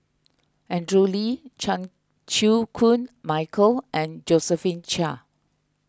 Andrew Lee Chan Chew Koon Michael and Josephine Chia